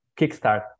kickstart